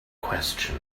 question